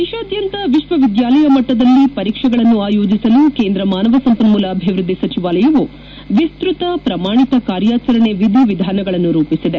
ದೇಶಾದ್ಯಂತ ವಿಶ್ವವಿದ್ಯಾಲಯ ಮಟ್ಟದಲ್ಲಿ ಪರೀಕ್ಷೆಗಳನ್ನು ಆಯೋಜಿಸಲು ಕೇಂದ್ರ ಮಾನವ ಸಂಪನ್ಮೂಲ ಅಭಿವ್ಯದ್ಧಿ ಸಚಿವಾಲಯವು ವಿಸ್ತೃತ ಪ್ರಮಾಣಿತ ಕಾರ್ಯಾಚರಣೆ ವಿಧಿವಿಧಾನಗಳನ್ನು ರೂಪಿಸಿದೆ